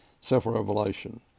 Self-revelation